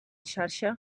xarxa